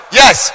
yes